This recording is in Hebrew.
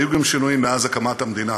היו גם שינויים מאז הקמת המדינה.